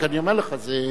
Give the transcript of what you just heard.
רק אני אומר לך שזה,